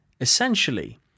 Essentially